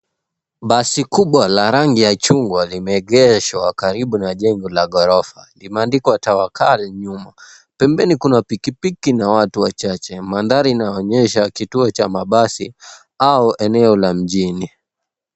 Basi kubwa la rangi ya chungwa limeegeshwa karibu na jengo la ghorofa. Limeandikwa Tawakal nyuma. Pembeni kuna pikipiki na watu wachache. Mandhari inaonyesha kituo cha mabasi au eneo la mjini.